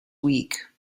weak